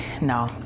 no